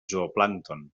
zooplàncton